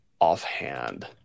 offhand